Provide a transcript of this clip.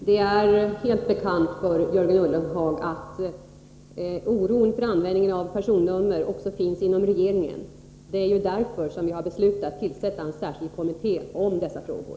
Herr talman! Det är helt säkert bekant för Jörgen Ullenhag att oron för användningen av personnummer också finns inom regeringen. Det är ju därför som vi har beslutat tillsätta en särskild kommitté om dessa frågor.